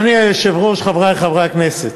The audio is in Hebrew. אדוני היושב-ראש, חברי חברי הכנסת,